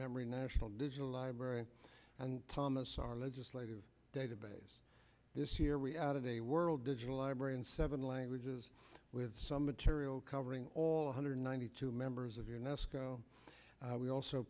memory national digital library and thomas our legislative database this year we added a world digital library in seven languages with some material covering all hundred ninety two members of your